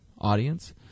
audience